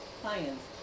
clients